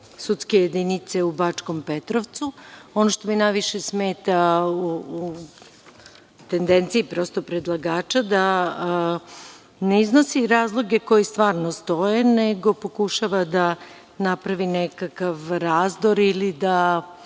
sudske jedinice u Bačkom Petrovcu. Ono što mi najviše smeta u tendenciji predlagača je da ne iznosi razloge koji stvarno stoje, nego pokušava da napravi nekakav razdor između